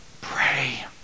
pray